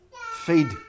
feed